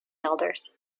elders